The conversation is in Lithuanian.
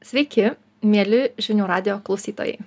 sveiki mieli žinių radijo klausytojai